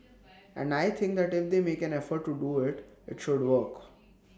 and I think that if they make an effort to do IT it should work